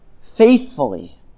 faithfully